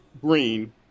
green